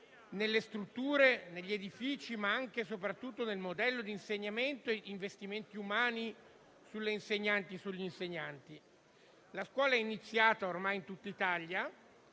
nelle strutture (negli edifici), sia soprattutto nel modello di insegnamento, con investimenti sulle risorse umane, sulle insegnanti e sugli insegnanti. La scuola è iniziata ormai in tutta Italia;